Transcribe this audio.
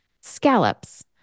scallops